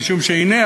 משום שהנה,